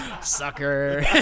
Sucker